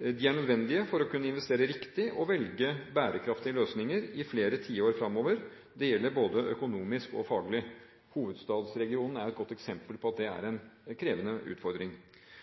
Det er nødvendig for å kunne investere riktig og velge bærekraftige løsninger i flere tiår fremover, det gjelder både økonomisk og faglig. Hovedstadsregionen er et godt eksempel på at det er en krevende utfordring.